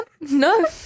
No